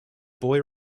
boy